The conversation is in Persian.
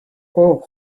اوه